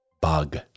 Bug